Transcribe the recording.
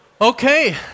Okay